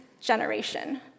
generation